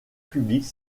publique